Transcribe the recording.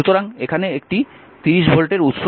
সুতরাং এখানে এটি একটি 30 ভোল্টের উৎস